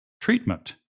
Treatment